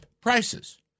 prices